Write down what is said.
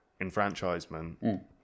enfranchisement